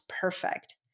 perfect